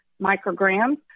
micrograms